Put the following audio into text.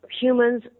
Humans